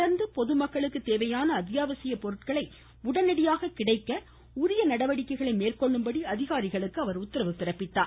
தொடர்ந்து பொதுமக்களுக்கு தேவையான அத்தியாவசியமான பொருட்கள் உடனடியாக கிடைக்க உரிய நடவடிக்கைகளை மேற்கொள்ளும்படி அதிகாரிகளுக்கு அவர் உத்தரவிட்டார்